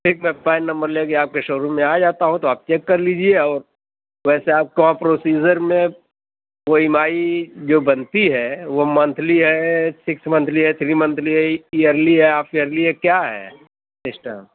ٹھیک میں pin number لے کے آپ کے شو روم میں آ جاتا ہوں تو آپ چیک کر لیجیے اور ویسے آپ کا پروسیزر میں وہ ای ایم آئی جو بنتی ہے وہ منتھلی ہے سکس منتھلی ہے تھری منتھلی ہے ایئرلی ہے ہاف ایئرلی ہے کیا ہے اِس کا